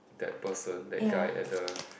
that person that guy at the